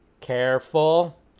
careful